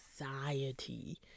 anxiety